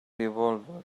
revolver